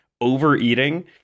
overeating